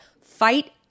Fight